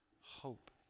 hope